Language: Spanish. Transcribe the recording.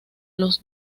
los